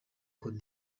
cote